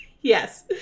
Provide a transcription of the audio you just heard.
Yes